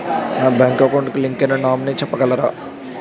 నా bank account కి link అయినా నామినీ చెప్పగలరా?